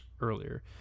earlier